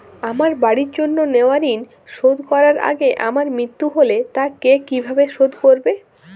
আমার বাড়ির জন্য নেওয়া ঋণ শোধ করার আগে আমার মৃত্যু হলে তা কে কিভাবে শোধ করবে?